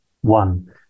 one